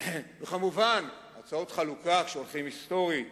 כמובן, הצעות חלוקה, כשהולכים היסטורית,